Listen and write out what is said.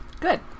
Good